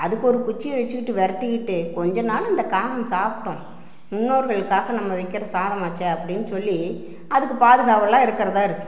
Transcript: அதுக்கு ஒரு குச்சியை வச்சிக்கிட்டு விரட்டிக்கிட்டு கொஞ்சனாலும் இந்த காகம் சாப்பிட்டும் முன்னோர்களுக்காக நம்ம வைக்கிற சாதமாச்சே அப்படின்னு சொல்லி அதுக்கு பாதுகாவலாக இருக்கறதாக இருக்கு